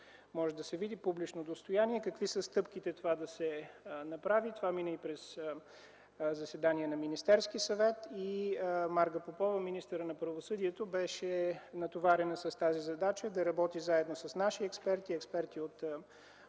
който е публично достояние, какви са стъпките това да се направи. Това мина и през заседание на Министерския съвет. Маргарита Попова, министърът на правосъдието, беше натоварена с тази задача – да работи заедно с наши експерти и експерти от